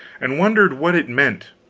and wondered what it meant.